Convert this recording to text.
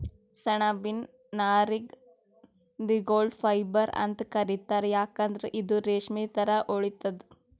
ಸೆಣಬಿನ್ ನಾರಿಗ್ the golden fibre ಅಂತ್ ಕರಿತಾರ್ ಯಾಕಂದ್ರ್ ಇದು ರೇಶ್ಮಿ ಥರಾ ಹೊಳಿತದ್